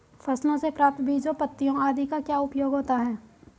फसलों से प्राप्त बीजों पत्तियों आदि का क्या उपयोग होता है?